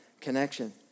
connection